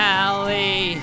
Valley